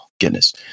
goodness